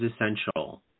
essential